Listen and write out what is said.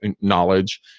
knowledge